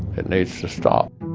it needs to stop